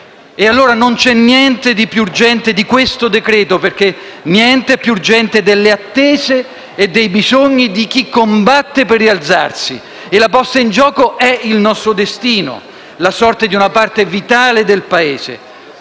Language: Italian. allora niente di più urgente di questo decreto-legge, perché niente è più urgente delle attese e dei bisogni di chi combatte per rialzarsi. La posta in gioco è il nostro destino, la sorte di una parte vitale del Paese.